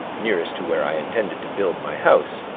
nearest to where i intended to build my house,